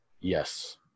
Yes